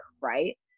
right